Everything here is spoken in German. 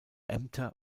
ämter